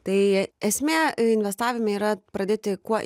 tai esmė investavime yra pradėti kuo